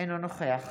אינו נוכח